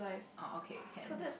oh okay can